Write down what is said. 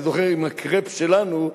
אני זוכר עם הקרפ שלנו,